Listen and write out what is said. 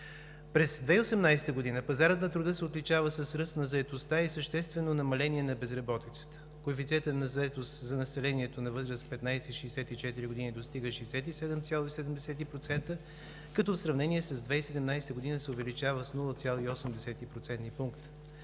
През 2018 г. пазарът на труда се отличава с ръст на заетостта и съществено намаление на безработицата. Коефициентът на заетост за населението на възраст 15 – 64 години достига 67,7%, като в сравнение с 2017 г. се увеличава с 0,8 процентни